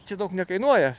čia daug nekainuoja